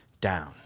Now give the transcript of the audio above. down